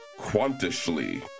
quantishly